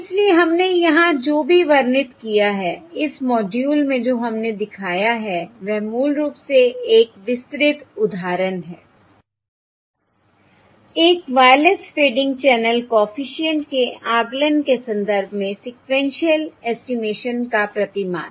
इसलिए हमने यहां जो भी वर्णित किया है इस मॉड्यूल में जो हमने दिखाया है वह मूल रूप से एक विस्तृत उदाहरण है एक वायरलेस फेडिंग चैनल कॉफिशिएंट के आकलन के संदर्भ में सीक्वेन्शिअल एस्टिमेशन का प्रतिमान